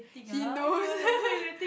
he knows